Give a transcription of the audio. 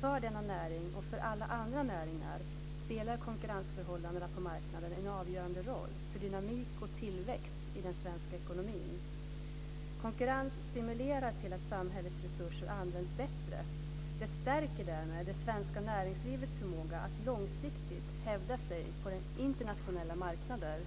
För denna näring och för alla andra näringar spelar konkurrensförhållandena på marknaden en avgörande roll för dynamik och tillväxt i den svenska ekonomin. Konkurrens stimulerar till att samhällets resurser används bättre. Den stärker därmed det svenska näringslivets förmåga att långsiktigt hävda sig på internationella marknader.